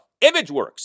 Imageworks